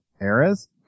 eras